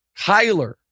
Kyler